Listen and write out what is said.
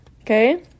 okay